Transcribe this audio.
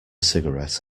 cigarette